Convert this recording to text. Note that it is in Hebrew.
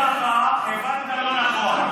אז אני אומר לך, הבנת לא נכון.